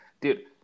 Dude